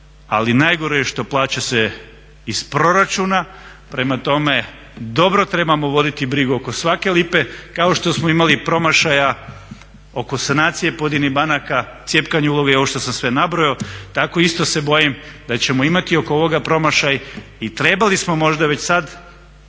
ali najgore je što se plaća iz proračuna. Prema tome, dobro trebamo voditi brigu oko svake lipe kao što smo imali promašaja oko sanacije pojedinih banaka, cjepkanju … i ovo što sam sve nabrojao, tako se isto bojim da ćemo imati oko ovoga promašaj i trebali smo možda već sada